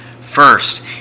First